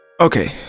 Okay